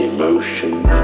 emotions